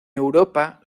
europa